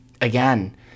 again